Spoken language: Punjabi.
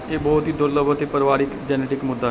ਇਹ ਬਹੁਤ ਹੀ ਦੁਰਲੱਭ ਅਤੇ ਪਰਿਵਾਰਕ ਜੈਨੇਟਿਕ ਮੁੱਦਾ